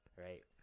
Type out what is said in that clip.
Right